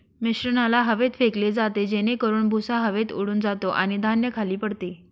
मिश्रणाला हवेत फेकले जाते जेणेकरून भुसा हवेत उडून जातो आणि धान्य खाली पडते